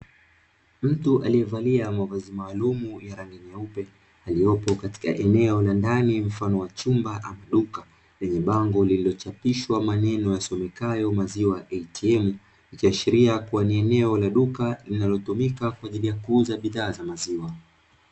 Mtu aliyevalia mavazi maalumu ya rangi nyeupe yaliopo katika eneo la ndani mfano wa chumba au duka, lenye bango lililochapishwa maneno yasomekayo "maziwa ATM"; ikiashiria kuwa ni eneo la duka linalotumika kwa ajili ya kuuza bidhaa za maziwa.